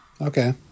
okay